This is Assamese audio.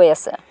গৈ আছে